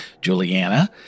Juliana